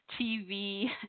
TV